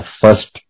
first